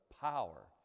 power